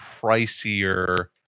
pricier